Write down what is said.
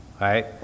right